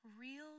real